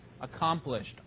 accomplished